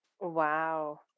wow